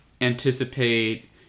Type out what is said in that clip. anticipate